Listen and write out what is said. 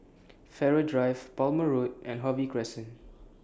Farrer Drive Palmer Road and Harvey Crescent